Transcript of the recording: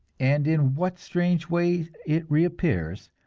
and in what strange ways it reappears,